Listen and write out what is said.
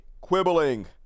quibbling